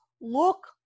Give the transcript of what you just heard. look